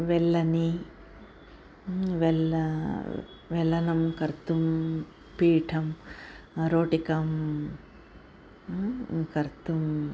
वेल्लनी वेल्लनं वेल्लनं कर्तुं पीठं रोटिकां कर्तुं